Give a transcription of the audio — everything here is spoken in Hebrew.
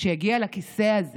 שהגיעה לכיסא הזה